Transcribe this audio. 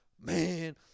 Man